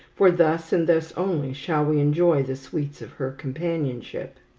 for thus, and thus only, shall we enjoy the sweets of her companionship.